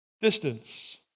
Distance